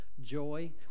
joy